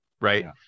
right